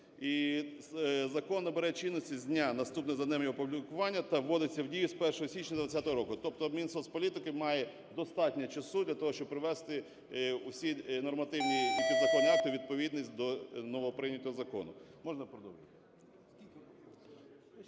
І закон набере чинності з дня наступним за днем його опублікування та вводиться в дію з 1 січня 20-го року. Тобто Мінсоцполітики має достатньо часу для того, щоби провести усі нормативні і підзаконні акти у відповідність до новоприйнятого закону.